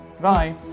bye